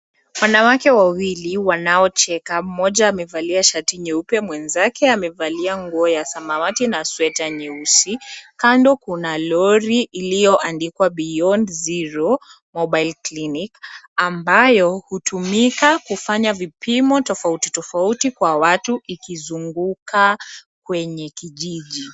Wanawake wawili wanaocheka, mmoja amevalia shati nyeupe, mwenzake amevalia nguo ya samawati na sweta nyeusi. Kando kuna lori iliyoandikwa beyond zero mobile clinic ambayo hutumika kufanya vipimo tofauti tofauti kwa watu ikizunguka kwenye kijiji.